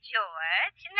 George